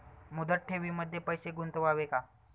मुदत ठेवींमध्ये पैसे गुंतवावे का?